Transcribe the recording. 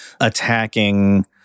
attacking